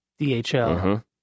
DHL